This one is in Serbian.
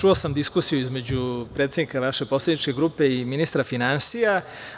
Čuo sam diskusiju između predsednika vaše poslaničke grupe i ministra finansija.